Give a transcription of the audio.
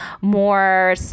more